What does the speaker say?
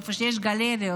איפה שיש גלריות,